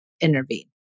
intervene